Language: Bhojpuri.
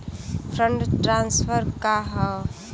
फंड ट्रांसफर का हव?